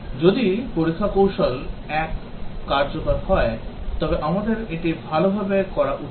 যদি পরীক্ষা কৌশল 1 কার্যকর হয় তবে আমাদের এটি ভালভাবে করা উচিত